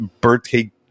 birthday